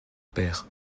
père